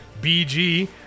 BG